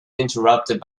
interrupted